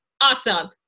Awesome